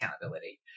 accountability